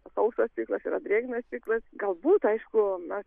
sausas ciklas yra drėgnas ciklas galbūt aišku na